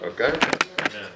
Okay